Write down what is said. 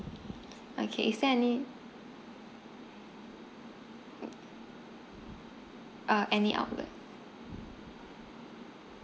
okay is there any uh any outlet